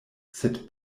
sed